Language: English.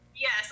Yes